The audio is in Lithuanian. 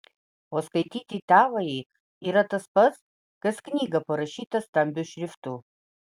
o skaityti tavąjį yra tas pat kas knygą parašytą stambiu šriftu